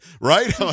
Right